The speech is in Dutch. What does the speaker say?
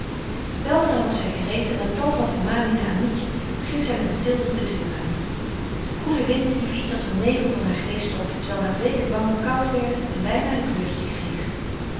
weldra was zij gereed en na tal van vermaningen aan mietje ging zij met mathilde de deur uit de koele wind hief iets als een nevel van haar geest op terwijl haar bleeke wangen koud werden en bijna een kleurtje kregen